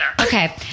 Okay